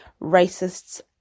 racists